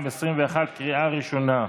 לקריאה ראשונה.